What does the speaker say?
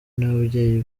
n’ababyeyi